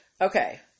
Okay